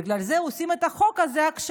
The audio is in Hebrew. בגלל זה הם עושים את החוק הזה עכשיו.